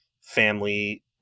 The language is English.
family